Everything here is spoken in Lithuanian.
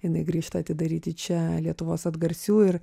jinai grįžta atidaryti čia lietuvos atgarsių ir